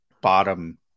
bottom